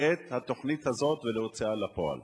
את התוכנית הזאת ולהוציאה לפועל.